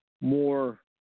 more